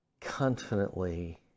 confidently